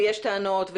ויש טענות,